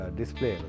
display